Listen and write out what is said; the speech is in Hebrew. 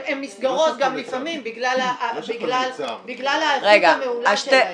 הן נסגרות גם לפעמים בגלל ההיערכות המעולה שלהם.